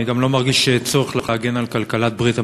אני גם לא מרגיש צורך להגן על כלכלת ברית-המועצות,